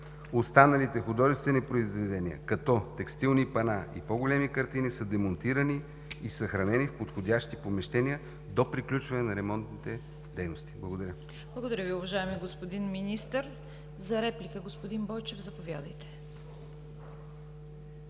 Останалите художествени произведения, като текстилни пана и по-големи картини, са демонтирани и съхранени в подходящи помещения до приключване на ремонтните дейности. Благодаря. ПРЕДСЕДАТЕЛ ЦВЕТА КАРАЯНЧЕВА: Благодаря Ви, уважаеми господин Министър. За реплика – господин Бойчев, заповядайте.